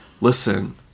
listen